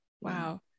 Wow